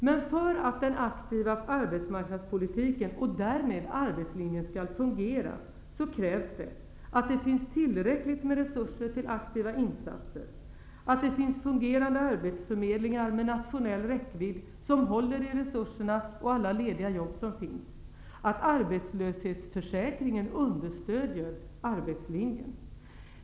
Men för att den aktiva arbetsmarknadspolitiken och därmed arbetslinjen skall fungera krävs att det finns tillräckligt med resurser till aktiva insatser, att det finns fungerande arbetsförmedlingar med nationell räckvidd som håller i resurserna och alla lediga jobb som finns och att arbetslöshetsförsäkringen understödjer arbetslinjen.